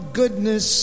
goodness